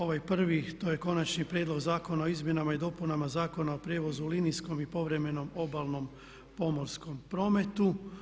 Ovaj prvi to je konačni prijedlog Zakona o izmjenama i dopunama Zakona o prijevozu u linijskom i povremenom obalnom pomorskom prometu.